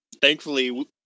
Thankfully